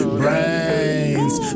brains